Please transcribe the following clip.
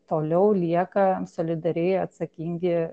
toliau lieka solidariai atsakingi